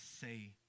say